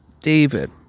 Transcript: david